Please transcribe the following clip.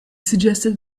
suggested